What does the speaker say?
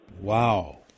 Wow